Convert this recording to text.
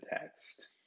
text